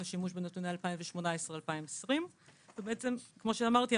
שימוש בנתוני 2020-2018. כמו שאמרתי,